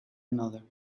another